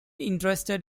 interested